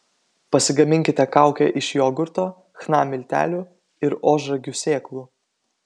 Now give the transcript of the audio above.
pasigaminkite kaukę iš jogurto chna miltelių ir ožragių sėklų